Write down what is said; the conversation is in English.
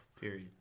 Period